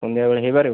ସନ୍ଧ୍ୟାବେଳେ ହେଇପାରିବ